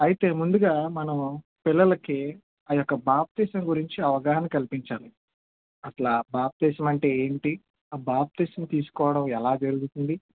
అయితే ముందుగా మనం పిల్లలకి ఆ యొక్క బాప్తీసం గురించి అవగాహన కల్పించాలి అట్లా బాప్తీసం అంటే ఏంటి ఆ బాప్తీసం తీసుకోవడం ఎలా జరుగుతుంది